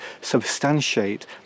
substantiate